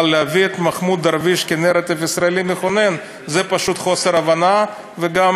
אבל להביא את מחמוד דרוויש כנרטיב ישראלי מכונן זה פשוט חוסר הבנה וגם